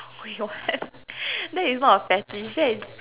wait [what] that is not a fetish that is